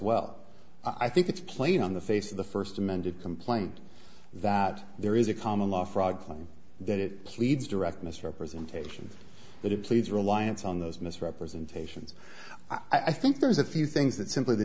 well i think it's plain on the face of the first amended complaint that there is a common law fraud claim that it pleads direct misrepresentation that he pleads reliance on those misrepresentations i think there's a few things that simply the